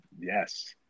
Yes